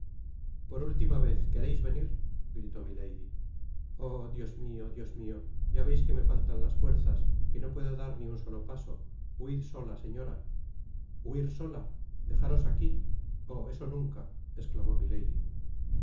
por última vez quereis venir gritó milady oh dios miot dios mio ya veis que me faltan las fuerzas que no puedo dar ni un solo paso i huid sola señora huir sola dejaros aqui oh eso nunca esclamó milady un